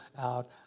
out